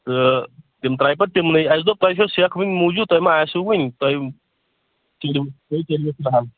تہٕ تِم ترٛایہِ پَتہٕ تِمنٕے اَسہِ دوٚپ تۄہہِ چھو سیٚکھ وُںہِ موٗجوٗد تۄہہِ ما آسیو وُنہِ تۄہہِ کَران